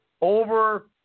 over